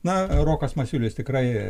na rokas masiulis tikrai